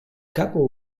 capo